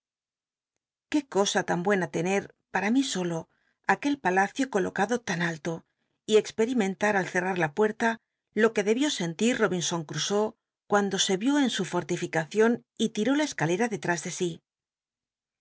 qué cosa tan buena lene pam mí solo aquel palacio colocado lan allo y experimentar al ccttat la puerta lo que debió scntit robinson ctusoe cuando se ió en su fortific u ion y tiró la escalera delr is de si